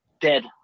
dead